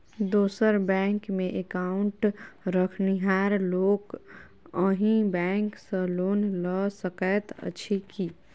दोसर बैंकमे एकाउन्ट रखनिहार लोक अहि बैंक सँ लोन लऽ सकैत अछि की?